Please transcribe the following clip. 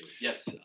Yes